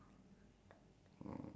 direction sign okay